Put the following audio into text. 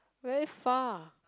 very far